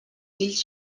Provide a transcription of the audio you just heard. fills